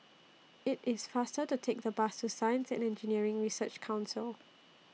IT IS faster to Take The Bus to Science and Engineering Research Council